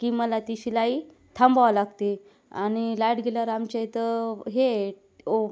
की मला ती शिलाई थांबवावं लागते आणि लाईट गेल्यावर आमच्या इथं हे ओ